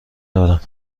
دارم